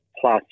plus